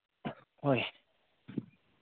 ꯍꯣꯏ